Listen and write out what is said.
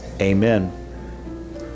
Amen